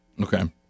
Okay